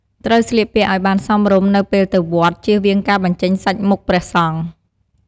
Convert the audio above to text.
ត្រូវស្លៀកពាក់ឲ្យបានសមរម្យនៅពេលទៅវត្ត ជៀសវាងការបញ្ចេញសាច់មុខព្រះសង្ឃ។